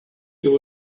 there